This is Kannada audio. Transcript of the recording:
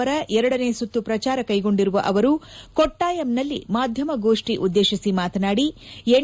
ಪರ ಎರಡನೇ ಸುತ್ತು ಪ್ರಚಾರ ಕೈಗೊಂಡಿರುವ ಅವರು ಕೊಣ್ವಾಯಂನಲ್ಲಿ ಮಾಧ್ಯಮಗೋಷ್ಠಿ ಉದ್ದೇಶಿಸಿ ಮಾತನಾಡಿ ಎನ್